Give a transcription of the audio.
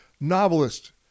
novelist